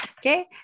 Okay